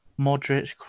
Modric